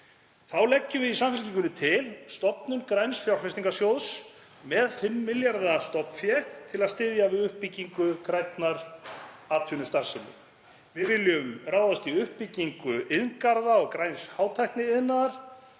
Þá leggjum við í Samfylkingunni til stofnun græns fjárfestingarsjóðs með 5 milljarða stofnfé til að styðja við uppbyggingu grænnar atvinnustarfsemi. Við viljum ráðast í uppbyggingu iðngarða og græns hátækniiðnaðar,